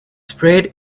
sprayed